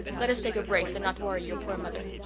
let us take a brace and not worry your poor mother.